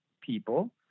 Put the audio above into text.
people